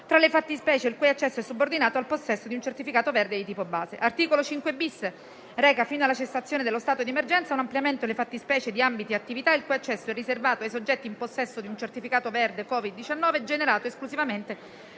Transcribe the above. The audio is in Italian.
tra le fattispecie il cui accesso è subordinato al possesso di un certificato verde di tipo base. L'articolo 5-*bis* reca, fino alla cessazione dello stato di emergenza, un ampliamento delle fattispecie di ambiti e attività il cui accesso è riservato ai soggetti in possesso di un certificato verde Covid-19 generato esclusivamente